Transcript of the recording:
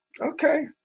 Okay